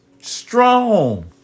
strong